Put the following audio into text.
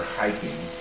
hiking